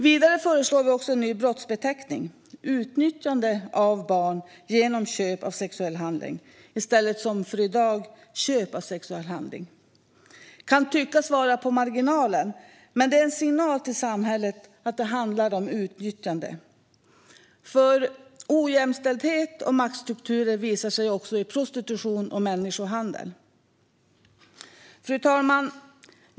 Vidare föreslår vi en ny brottsbeteckning, utnyttjande av barn genom köp av sexuell handling, i stället för som i dag, köp av sexuell handling. Det kan tyckas vara på marginalen, men det är en signal till samhället att det handlar om utnyttjande. Ojämställdhet och maktstrukturer visar sig nämligen också i prostitution och människohandel. Fru talman!